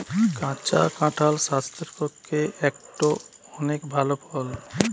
কাঁচা কাঁঠাল স্বাস্থ্যের পক্ষে একটো অনেক ভাল ফল